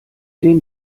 den